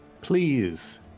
Please